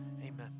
amen